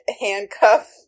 handcuff